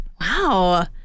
wow